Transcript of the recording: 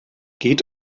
geht